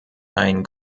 ein